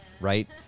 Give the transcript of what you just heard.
Right